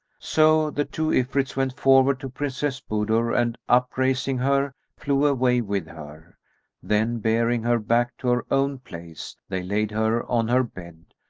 so the two ifrits went forward to princess budur and upraising her flew away with her then, bearing her back to her own place, they laid her on her bed,